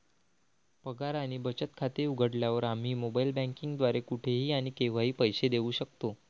पगार आणि बचत खाते उघडल्यावर, आम्ही मोबाइल बँकिंग द्वारे कुठेही आणि केव्हाही पैसे देऊ शकतो